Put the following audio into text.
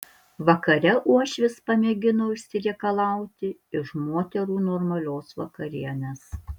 vakare uošvis pamėgino išsireikalauti iš moterų normalios vakarienės